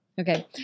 Okay